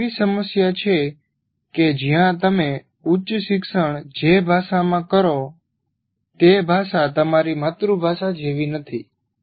આ એક એવી સમસ્યા છે કે જ્યાં તમે ઉચ્ચ શિક્ષણ જે ભાષામાં કરો છો તે ભાષા તમારી માતૃભાષા જેવી નથી